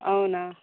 అవునా